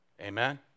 Amen